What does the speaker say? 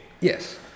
Yes